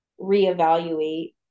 reevaluate